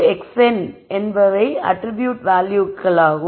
xn என்பவை attribute வேல்யூக்களாகும்